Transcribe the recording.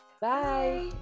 Bye